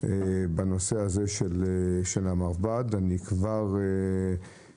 בנושא המרב"ד (המכון הרפואי לבטיחות בדרכים).